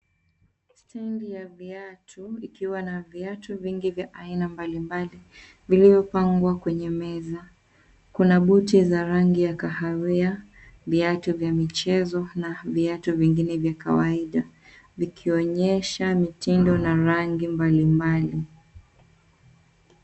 Stand ya viatu, ikiwa na viatu vingi vya aina mbalimbali, vilivyopangwa kwenye meza. Kuna buti za rangi ya kahawia, viatu vya michezo na viatu vingine vya kawaida. Vikionyesha mitindo na rangi mbalimbali.